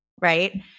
right